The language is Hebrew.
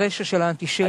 הרשע של האנטישמיות,